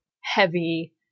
heavy